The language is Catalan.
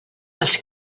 els